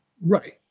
Right